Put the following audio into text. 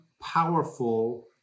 powerful